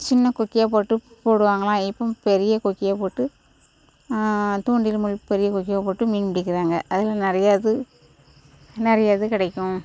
சின்ன கொக்கியாக போட்டு போடுவாங்கலாம் இப்போம் பெரிய கொக்கியாக போட்டு தூண்டில் முள் பெரிய கொக்கியாக போட்டு மீன் பிடிக்கிறாங்க அதில் நிறையா இது நிறையா இது கிடைக்கும்